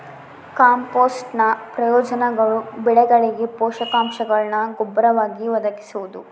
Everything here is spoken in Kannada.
ಕಾಂಪೋಸ್ಟ್ನ ಪ್ರಯೋಜನಗಳು ಬೆಳೆಗಳಿಗೆ ಪೋಷಕಾಂಶಗುಳ್ನ ಗೊಬ್ಬರವಾಗಿ ಒದಗಿಸುವುದು